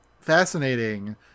fascinating